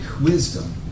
wisdom